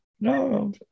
no